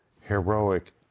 heroic